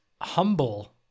humble